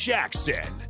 Jackson